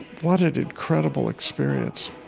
what an incredible experience.